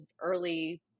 early